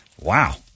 wow